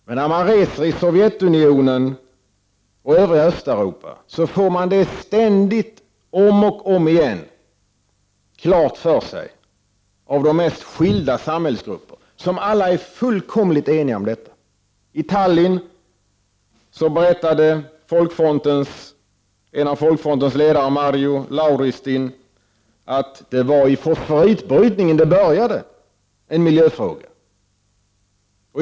Men när man reser i Sovjetunionen och i det övriga Östeuropa, får man ständigt klart för sig, av människor från de mest skilda samhällsgrupper, att alla är fullkomligt eniga om detta. I Tallinn berättade en av folkfrontens ledare Marjo Lauristin att det var vid fosforitbrytningen som det började, dvs. det var en miljöfråga.